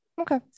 okay